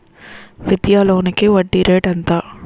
విద్యా లోనికి వడ్డీ రేటు ఎంత?